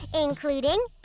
including